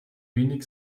wenig